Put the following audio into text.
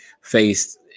faced